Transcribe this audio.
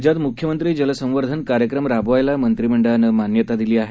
राज्यातमुख्यमंत्रीजलसंवर्धनकार्यक्रमराबवायलामंत्रिमंडळानंमान्यतादिलीआहे